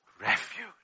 refuge